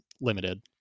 Limited